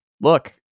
look